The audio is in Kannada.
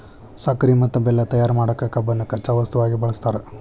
ಸಕ್ಕರಿ ಮತ್ತ ಬೆಲ್ಲ ತಯಾರ್ ಮಾಡಕ್ ಕಬ್ಬನ್ನ ಕಚ್ಚಾ ವಸ್ತುವಾಗಿ ಬಳಸ್ತಾರ